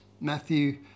Matthew